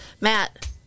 Matt